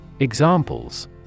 Examples